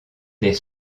des